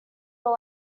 were